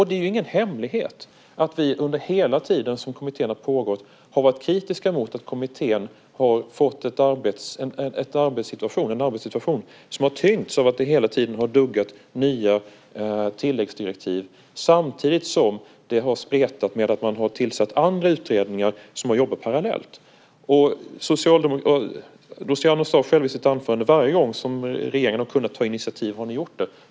Det är ingen hemlighet att vi under hela tiden som kommittén har pågått har varit kritiska mot att kommittén fått en arbetssituation som tyngs av att det hela tiden duggar nya tilläggsdirektiv, samtidigt som det har spretat med att man har tillsatt andra utredningar som har jobbat parallellt. Luciano sade själv i sitt anförande att varje gång som regeringen har kunnat ta initiativ har ni gjort det.